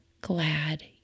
glad